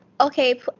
Okay